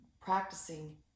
practicing